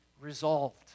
resolved